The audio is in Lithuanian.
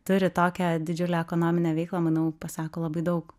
turi tokią didžiulę ekonominę veiklą manau pasako labai daug